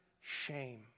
shame